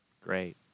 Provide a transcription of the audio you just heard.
Great